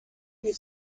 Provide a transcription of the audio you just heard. you